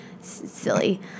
Silly